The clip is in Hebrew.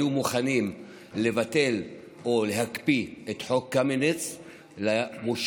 הם היו מוכנים לבטל או להקפיא את חוק קמיניץ למושבים,